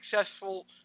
successful